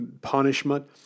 punishment